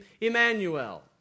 Emmanuel